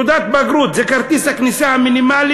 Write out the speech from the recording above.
תעודת בגרות זה כרטיס הכניסה המינימלי